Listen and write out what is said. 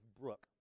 brook